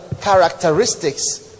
characteristics